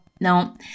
no